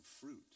fruit